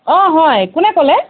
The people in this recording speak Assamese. অ হয় কোনে ক'লে